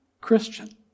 Christian